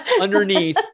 underneath